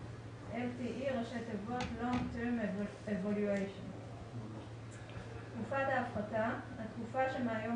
LTE. "תקופת ההפחתה" - התקופה שמהיום